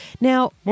now